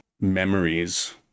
memories